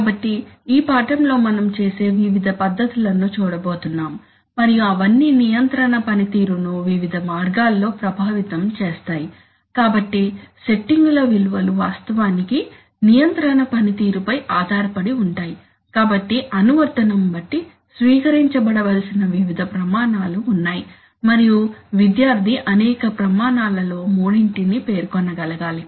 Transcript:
కాబట్టి ఈ పాఠంలో మనం చేసే వివిధ పద్ధతులను చూడబోతున్నాం మరియు అవన్నీ నియంత్రణ పనితీరును వివిధ మార్గాల్లో ప్రభావితం చేస్తాయి కాబట్టి సెట్టింగు ల విలువలు వాస్తవానికి నియంత్రణ పనితీరుపై ఆధారపడి ఉంటాయి కాబట్టి అనువర్తనం బట్టి స్వీకరించబడవలిసిన వివిధ ప్రమాణాలు ఉన్నాయి మరియు విద్యార్థి అనేక ప్రమాణాలలో మూడింటిని పేర్కొనగలగాలి